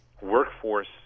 workforce